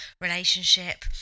relationship